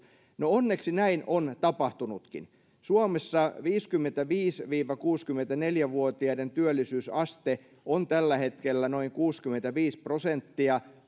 no onneksi näin on tapahtunutkin suomessa viisikymmentäviisi viiva kuusikymmentäneljä vuotiaiden työllisyysaste on tällä hetkellä noin kuusikymmentäviisi prosenttia